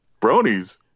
Bronies